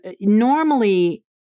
normally